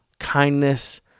kindness